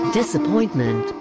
disappointment